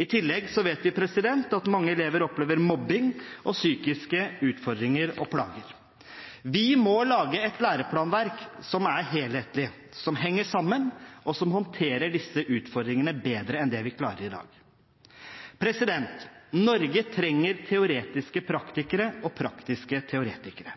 I tillegg vet vi at mange elever opplever mobbing og psykiske utfordringer og plager. Vi må lage et læreplanverk som er helhetlig, som henger sammen, og som håndterer disse utfordringene bedre enn det vi klarer i dag. Norge trenger teoretiske praktikere og praktiske teoretikere.